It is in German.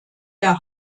der